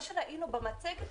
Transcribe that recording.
מה שראינו במצגת,